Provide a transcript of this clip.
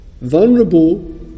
vulnerable